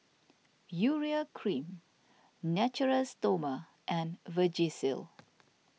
Urea Cream Natura Stoma and Vagisil